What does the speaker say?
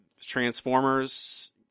Transformers